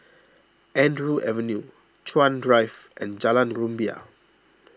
Andrew Avenue Chuan Drive and Jalan Rumbia